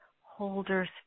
holders